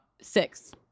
six